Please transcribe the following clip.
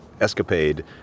escapade